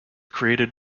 created